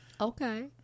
Okay